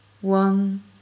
one